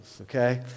okay